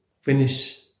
finish